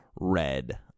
red